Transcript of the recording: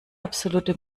absolute